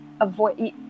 avoid